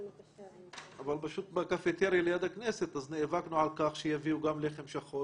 אבל פשוט בקפיטריה ליד הכנסת נאבקנו על כך שיביאו גם לחם שחור,